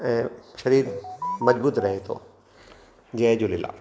ऐं शरीरु मज़बूत रहे थो जय झूलेलाल